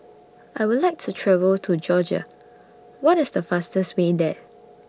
I Would like to travel to Georgia What IS The fastest Way There